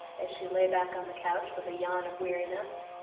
as she lay back on the couch with a yawn of weariness.